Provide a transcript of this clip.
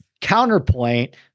Counterpoint